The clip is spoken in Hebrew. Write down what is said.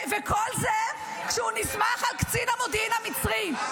-- וכל זה, כשהוא נסמך על קצין המודיעין המצרי.